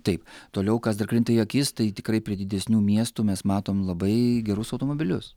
taip toliau kas dar krinta į akis tai tikrai prie didesnių miestų mes matom labai gerus automobilius